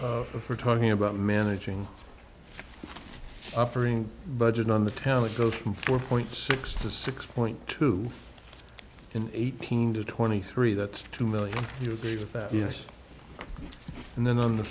benefits we're talking about managing offering budget on the town that goes from four point six to six point two in eighteen to twenty three that's two million you agree with that yes and then on the